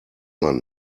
man